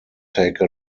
take